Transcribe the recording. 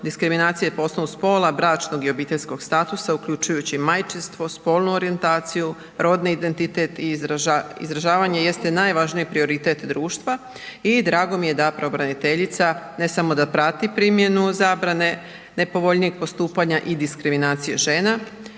diskriminacije posebno spola, bračnog i obiteljskog statusa uključujući i majčinstvo, spolnu orijentaciju, rodni identitet i izražavanje jeste najvažniji prioritet društva i drago mi je da pravobraniteljica ne samo da prati primjenu zabrane nepovoljnijeg postupanja i diskriminacije žena,